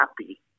happy